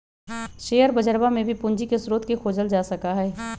share बजरवा में भी पूंजी के स्रोत के खोजल जा सका हई